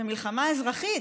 זו מלחמה אזרחית,